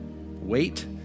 wait